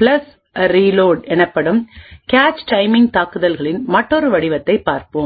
ரீலோட்Flush Reload எனப்படும் cache timing தாக்குதல்களின் மற்றொரு வடிவத்தைப் பார்ப்போம்